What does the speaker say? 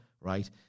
Right